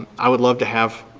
i would love to have